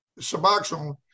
Suboxone